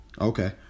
Okay